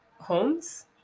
Homes